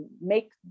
make